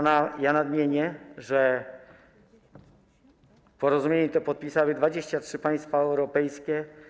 Nadmienię, że porozumienie to podpisały 23 państwa europejskie.